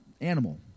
animal